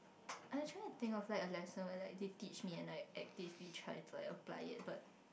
I'm trying thing of like or let they teach me and I like actively trying to apply it but